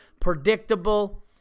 predictable